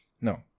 no